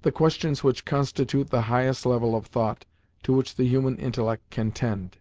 the questions which constitute the highest level of thought to which the human intellect can tend,